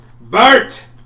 BERT